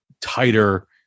tighter